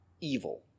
evil